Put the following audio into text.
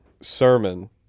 sermon